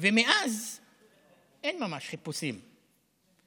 ומאז אין ממש חיפושים.